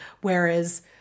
Whereas